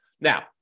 Now